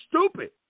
stupid